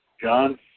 John